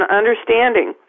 understanding